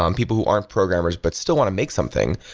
um people who aren't programmers but still want to make something,